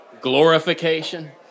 glorification